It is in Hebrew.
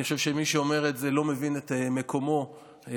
אני חושב שמי שאומר את זה לא מבין את מקומו ואת